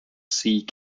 sea